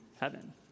heaven